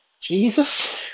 Jesus